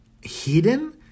hidden